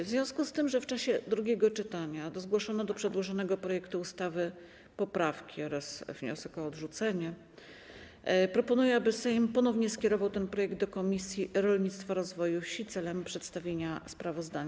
W związku z tym, że w czasie drugiego czytania zgłoszono do przedłożonego projektu ustawy poprawki oraz wniosek o odrzucenie, proponuję, aby Sejm ponownie skierował ten projekt do Komisji Rolnictwa i Rozwoju Wsi w celu przedstawienia sprawozdania.